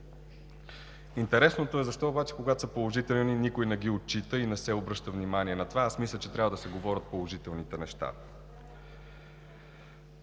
Интересното е обаче защо, когато са положителни, никой не ги отчита и не се обръща внимание на това. Мисля, че трябва да се говорят положителните неща.